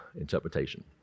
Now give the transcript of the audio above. interpretation